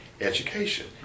Education